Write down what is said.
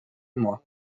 mois